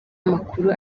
amakuru